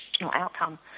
outcome